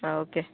okay